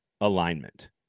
alignment